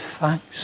thanks